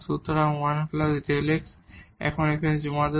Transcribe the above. সুতরাং 1 Δ x আমরা এখানে জমা দেব